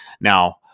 Now